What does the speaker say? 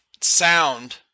sound